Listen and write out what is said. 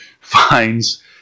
finds